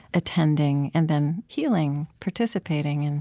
attending, and then healing, participating and